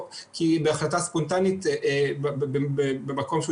ועכשיו בעקבות החוק יש עבודה די מסיבית על הנושא